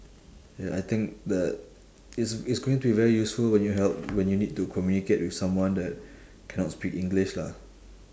ya I think that it's it's going to be very useful when you help when you need to communicate with someone that cannot speak english lah